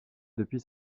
depuis